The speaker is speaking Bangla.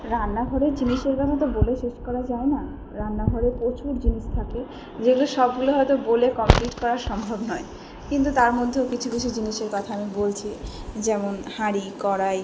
রান্নাঘরের জিনিসের কথা তো বলে শেষ করা যায় না রান্নাঘরে প্রচুর জিনিস থাকে যেগুলো সবগুলো হয় তো বলে কমপ্লিট করা সম্ভব নয় কিন্তু তার মধ্যেও কিছু কিছু জিনিসের কথা আমি বলছি যেমন হাঁড়ি কড়াই